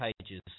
pages